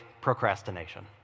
procrastination